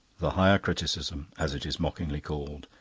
the higher criticism, as it is mockingly called,